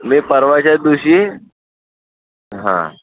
मी परवाच्या दिवशी हा